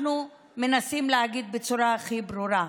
אנחנו מנסים להגיד בצורה הכי ברורה: